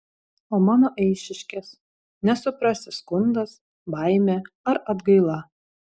o mano eišiškės nesuprasi skundas baimė ar atgaila